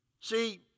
See